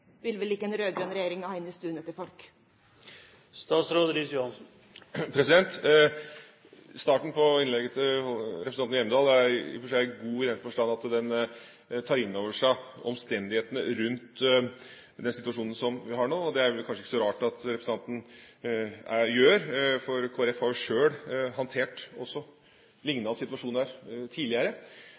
vil vel ikke den rød-grønne regjeringen ha inn i stuene til folk? Starten på innlegget til representanten Hjemdal er i og for seg god i den forstand at den tar inn over seg omstendighetene rundt den situasjonen som vi har nå. Og det er det vel kanskje ikke så rart at representanten sier, for Kristelig Folkeparti har jo sjøl håndtert også liknende situasjoner tidligere,